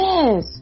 Yes